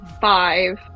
five